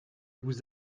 vous